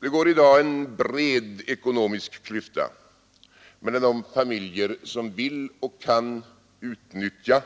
Det går i dag en bred ekonomisk klyfta mellan de familjer som vill och kan utnyttja